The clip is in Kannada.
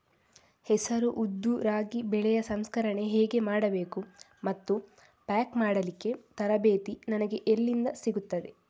ಹೆಸರು, ಉದ್ದು, ರಾಗಿ ಬೆಳೆಯ ಸಂಸ್ಕರಣೆ ಹೇಗೆ ಮಾಡಬೇಕು ಮತ್ತು ಪ್ಯಾಕ್ ಮಾಡಲಿಕ್ಕೆ ತರಬೇತಿ ನನಗೆ ಎಲ್ಲಿಂದ ಸಿಗುತ್ತದೆ?